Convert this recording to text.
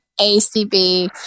acb